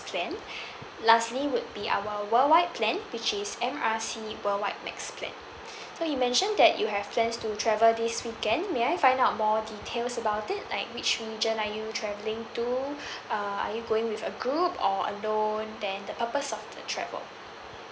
plan lastly would be our worldwide plan which is M R C worldwide max plan so you mentioned that you have plans to travel this weekend may I find out more details about it like which region are you travelling to uh are you going with a tour group or alone then the purpose of the travel